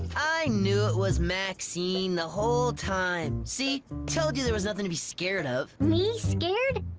i knew it was maxine the whole time. see, told you there was nothin' to be scared of. me scared,